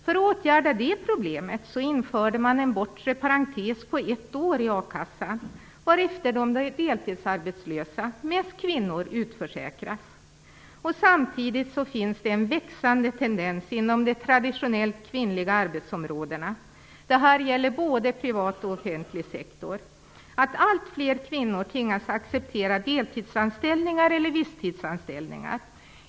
För att åtgärda det problemet infördes en bortre parentes på ett år inom a-kassan, varefter de deltidsarbetslösa - de flesta kvinnor - utförsäkras. Samtidigt finns det en växande tendens inom de traditionellt kvinnliga arbetsområdena, och det gäller både privat och offentlig sektor, till att alltfler kvinnor tvingas acceptera deltidsanställningar eller visstidsanställningar.